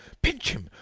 pinch him!